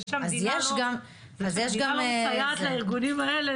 זה שהמדינה לא מסייעת לארגונים האלה,